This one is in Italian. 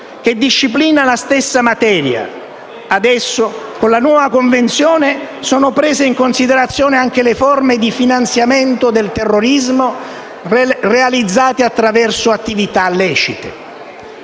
che disciplina la stessa materia. Adesso, con la nuova Convenzione, sono prese in considerazione anche le forme di finanziamento del terrorismo realizzate attraversa attività lecite.